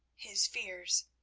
his fears,